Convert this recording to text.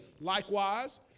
likewise